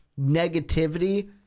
negativity